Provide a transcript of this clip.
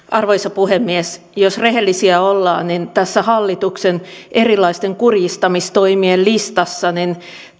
arvoisa puhemies jos rehellisiä ollaan niin tässä hallituksen erilaisten kurjistamistoimien listassa